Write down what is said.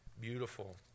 beautiful